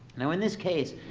you know in this case,